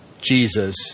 jesus